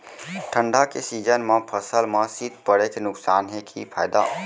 ठंडा के सीजन मा फसल मा शीत पड़े के नुकसान हे कि फायदा?